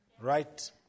Right